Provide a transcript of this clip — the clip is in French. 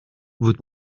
votre